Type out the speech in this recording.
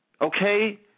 okay